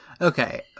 Okay